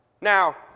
Now